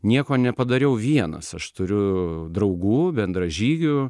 nieko nepadariau vienas aš turiu draugų bendražygių